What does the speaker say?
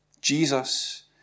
Jesus